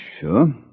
Sure